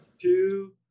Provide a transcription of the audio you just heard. Two